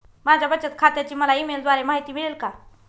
माझ्या बचत खात्याची मला ई मेलद्वारे माहिती मिळेल का?